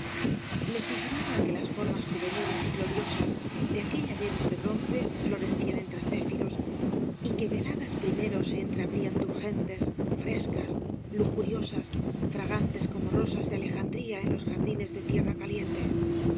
me figuraba que las formas juveniles y gloriosas de aquella venus de bronce florecían entre céfiros y que veladas primero se entreabrían turgentes frescas lujuriosas fragantes como rosas de alejandría en los jardines de tierra caliente y